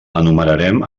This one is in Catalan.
enumerarem